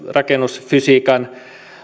rakennusfysiikan